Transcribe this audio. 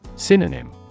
Synonym